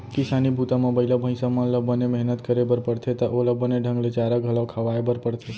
किसानी बूता म बइला भईंसा मन ल बने मेहनत करे बर परथे त ओला बने ढंग ले चारा घलौ खवाए बर परथे